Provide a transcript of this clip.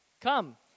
Come